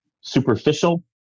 superficial